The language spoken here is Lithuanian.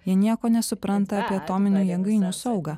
jie nieko nesupranta apie atominių jėgainių saugą